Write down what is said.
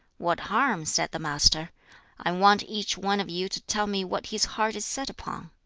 what harm? said the master i want each one of you to tell me what his heart is set upon.